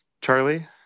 Charlie